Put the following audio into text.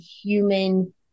human